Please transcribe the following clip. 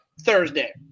Thursday